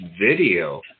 video